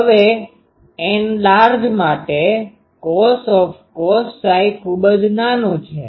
હવે Nlarge માટે cos ખુબ જ નાનું છે